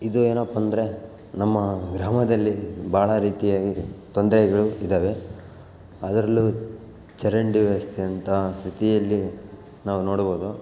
ಇದು ಏನಪ್ಪ ಅಂದರೆ ನಮ್ಮ ಗ್ರಾಮದಲ್ಲಿ ಭಾಳ ರೀತಿಯಾಗಿ ತೊಂದರೆಗಳು ಇದಾವೆ ಅದರಲ್ಲು ಚರಂಡಿ ವ್ಯವಸ್ಥೆ ಅಂತ ಸ್ಥಿತಿಯಲ್ಲಿ ನಾವು ನೋಡ್ಬೋದು